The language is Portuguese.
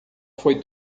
foi